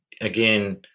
again